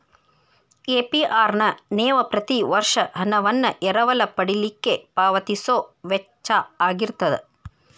APR ನ ನೇವ ಪ್ರತಿ ವರ್ಷ ಹಣವನ್ನ ಎರವಲ ಪಡಿಲಿಕ್ಕೆ ಪಾವತಿಸೊ ವೆಚ್ಚಾಅಗಿರ್ತದ